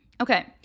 Okay